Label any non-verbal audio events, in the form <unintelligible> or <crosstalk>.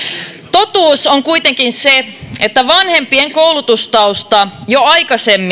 totuus on kuitenkin se että vanhempien koulutustausta jo aikaisemmin <unintelligible>